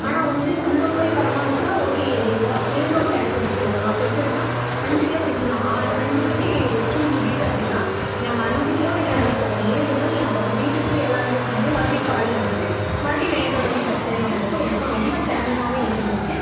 ஆனால் வந்து உள்ளே போய் வர மாரி இருந்தால் ஓகே ஏறிடுவோம் மெய்ன் ரோட்டில் இறக்கி விட்டுட்டு போயிடுவாங்க அப்போ எப்படி அப்படின்னா அஞ்சு கிலோமீட்டருக்கு நான் அஞ்சு மணிக்கு ஸ்கூல் முடியுது அப்படின்னா நாங்கள் அஞ்சு கிலோமீட்ரு நடந்து போகணும் ஏழு மணி ஆகும் அப்போ வீட்டுக்கு போய் எல்லா வேலையும் செஞ்சு மறுபடியும் காலைல எந்திரிச்சு மறுபடியும் மெய்ன் ரோடு வந்து பஸ் ஏறுணும் அப்படிங்கிறப்போ எங்களுக்கெல்லாம் ரொம்ப சிரமமாவே இருந்துச்சு